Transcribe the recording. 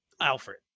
Alfred